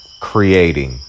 creating